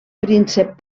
príncep